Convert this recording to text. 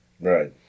Right